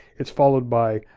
it's followed by,